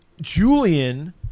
Julian